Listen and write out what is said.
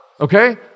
okay